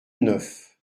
neuf